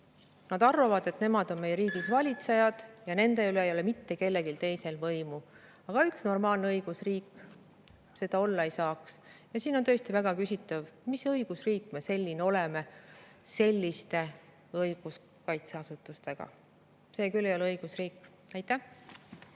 Nad arvavad, et nemad on meie riigis valitsejad ja nende üle ei ole mitte kellelgi teisel võimu. Aga üks normaalne õigusriik selline olla ei saaks. Ja nii on tõesti väga küsitav, mis õigusriik me selline oleme selliste õiguskaitseasutustega. See küll ei ole õigusriik. Aitäh!